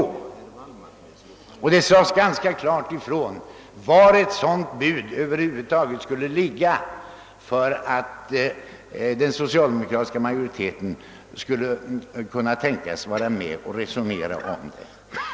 Man sade alltså klart ifrån var vårt bud skulle ligga för att den socialdemokratiska majoriteten skulle diskutera det.